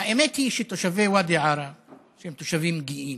האמת היא שתושבי ואדי עארה הם תושבים גאים,